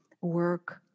work